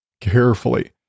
carefully